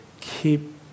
keep